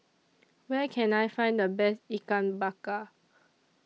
Where Can I Find The Best Ikan Bakar